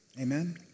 Amen